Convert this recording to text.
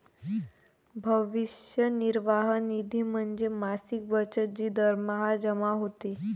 भविष्य निर्वाह निधी म्हणजे मासिक बचत जी दरमहा जमा होते